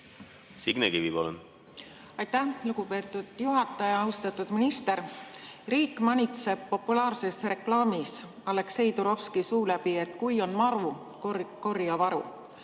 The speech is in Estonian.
Signe Kivi, palun! Aitäh, lugupeetud juhataja! Austatud minister! Riik manitseb populaarses reklaamis Aleksei Turovski suu läbi, et kui on maru, korja varu.